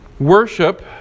Worship